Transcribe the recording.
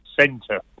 centre